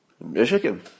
Michigan